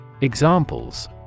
Examples